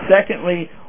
secondly